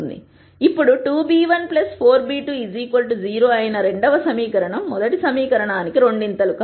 ఇప్పుడు 2b1 4b2 0 అయిన రెండవ సమీకరణం మొదటి సమీకరణానికి రెండింతలు